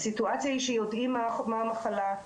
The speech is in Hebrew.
הסיטואציה היא שיודעים מה המחלה,